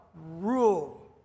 rule